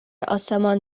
آسمان